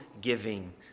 giving